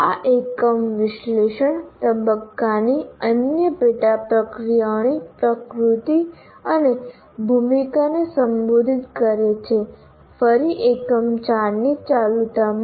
આ એકમ વિશ્લેષણ તબક્કાની અન્ય પેટા પ્રક્રિયાઓની પ્રકૃતિ અને ભૂમિકાને સંબોધિત કરે છે ફરી એકમ 4 ની ચાલુતામાં